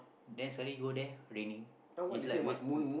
then suddenly go there raining it's like waste wast~